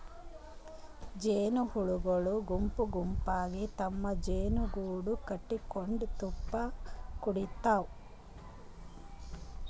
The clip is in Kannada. ಜೇನಹುಳಗೊಳ್ ಗುಂಪ್ ಗುಂಪಾಗಿ ತಮ್ಮ್ ಜೇನುಗೂಡು ಕಟಗೊಂಡ್ ಜೇನ್ತುಪ್ಪಾ ಕುಡಿಡ್ತಾವ್